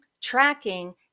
tracking